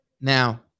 Now